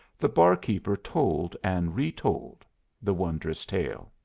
the barkeeper told and retold the wondrous tale.